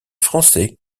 français